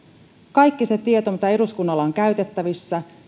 kaikki se tieto mitä eduskunnalla on käytettävissä